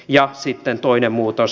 ja sitten toinen muutos